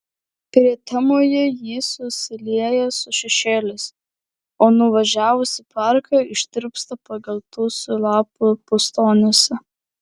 prietemoje ji susilieja su šešėliais o nuvažiavus į parką ištirpsta pageltusių lapų pustoniuose